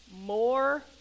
more